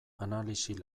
analisi